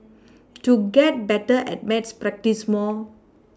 to get better at maths practise more